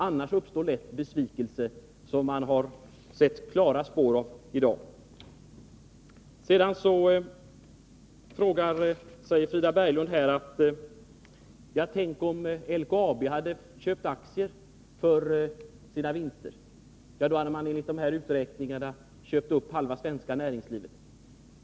Annars uppstår lätt besvikelse, vilket man har sett klara spår av i dag. Frida Berglund säger: Tänk, om LKAB hade köpt aktier för sina vinster, då hade man enligt uträkningar som gjorts köpt upp halva svenska näringslivet.